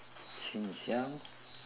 since young